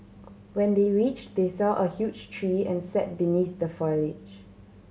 when they reached they saw a huge tree and sat beneath the foliage